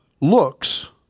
looks